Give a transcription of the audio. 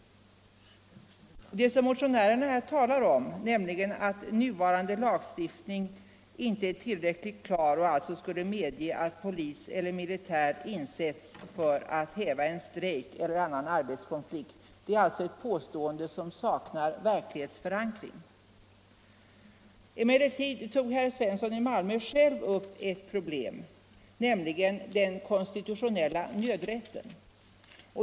Det motionärerna talar om, nämligen att nuvarande lagstiftning inte är tillräckligt klar och således skulle medge att militär insätts för att häva en strejk eller annan arbetskonflikt, är alltså ett påstående som saknar verklighetsförankring. Emellertid tog herr Svensson i Malmö själv upp ett problem: den konstitutionella nödrätten.